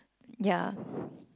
ya